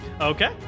Okay